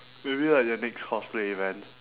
maybe like the next cosplay event